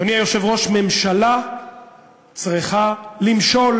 אדוני היושב-ראש, ממשלה צריכה למשול.